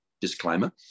disclaimer